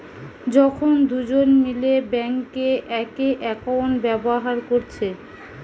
যখন দুজন মিলে বেঙ্কে একই একাউন্ট ব্যাভার কোরছে